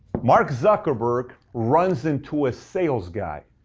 mark zuckerberg runs into a sales guy,